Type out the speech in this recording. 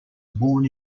born